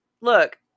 look